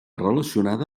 relacionada